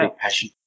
passion